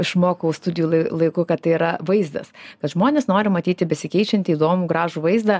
išmokau studijų laiku kad tai yra vaizdas kad žmonės nori matyti besikeičiantį įdomų gražų vaizdą